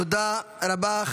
תודה רבה.